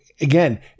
again